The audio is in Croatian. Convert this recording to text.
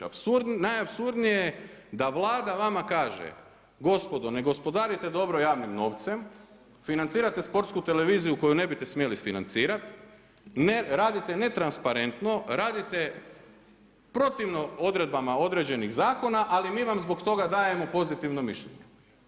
Najapsurdnije je da Vlada vama kaže gospodo, ne gospodarite dobro javnim novcem, financirate Sportsku televiziju koju ne biste smjeli financirati, radite netransparentno, radite protivno odredbama određenih zakona ali mi vam zbog toga dajemo pozitivno mišljenje.